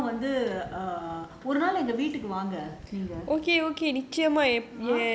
nice அப்புறம் வந்து ஒருநாள் எங்க வீட்டுக்கு வாங்க நீங்க:appuram vanthu oru naal enga veetukku vaanga neenga